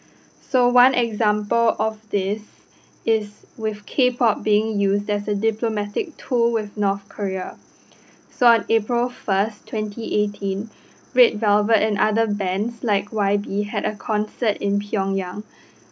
so one example of this is with Kpop being used as a diplomatic tool with North Korea so on april first twenty eighteen red velvet and other bands like Y_B had a concert in Pyongyang